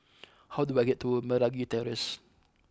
how do I get to Meragi Terrace